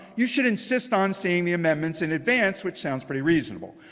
you should insist on seeing the amendments in advance. which sounds pretty reasonable.